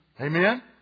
Amen